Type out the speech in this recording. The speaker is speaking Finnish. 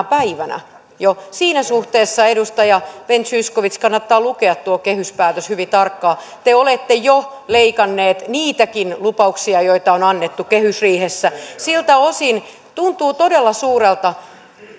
päivänä siinä suhteessa edustaja ben zyskowicz kannattaa lukea tuo kehyspäätös hyvin tarkkaan te olette jo leikanneet niitäkin lupauksia joita on annettu kehysriihessä siltä osin tuntuu todella suurelta